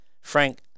Frank